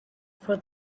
for